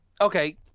Okay